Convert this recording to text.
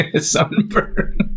sunburn